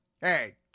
Hey